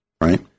right